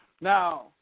now